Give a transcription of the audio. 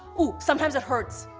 ooo. sometimes it hurts.